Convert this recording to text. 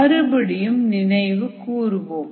மறுபடியும் நினைவு கூறுவோம்